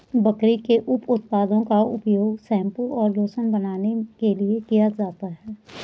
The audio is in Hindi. बकरी के उप उत्पादों का उपयोग शैंपू और लोशन बनाने के लिए किया जाता है